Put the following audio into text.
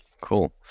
Cool